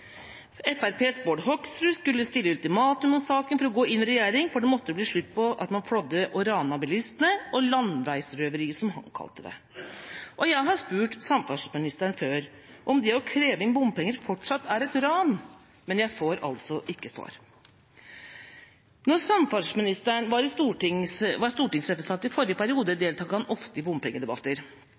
Fremskrittspartiets Bård Hoksrud skulle stille ultimatum i saken for å gå inn i regjering, for det måtte bli slutt på at man flådde og ranet bilistene – landeveisrøveri, som han kalte det. Jeg har spurt samferdselsministeren tidligere om det å kreve inn bompenger fortsatt er et ran, men jeg har ikke fått svar. Da samferdselsministeren var stortingsrepresentant, i forrige periode, deltok han ofte i bompengedebatter.